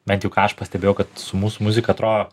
bent jau ką aš pastebėjau kad su mūsų muzika atrodo